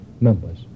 members